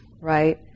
right